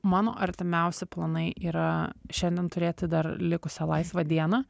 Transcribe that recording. mano artimiausi planai yra šiandien turėti dar likusią laisvą dieną